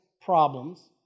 problems